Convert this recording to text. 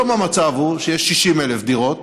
היום המצב הוא שיש 60,000 דירות,